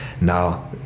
Now